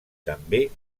també